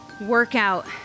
workout